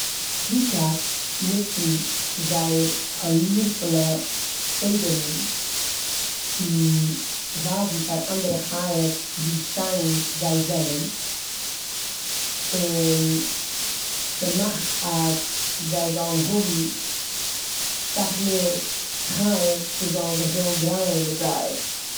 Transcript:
פיקאקס נוצן זייער קאלירפולע פעדערן צו ווייזן פאר אנדערע חיות ווי שיין זיי זענען און ס'מאכט אז זיי זאלן האבן סאך מער חיות וואס זאלן זיך ווילן דרייען מיט זיי.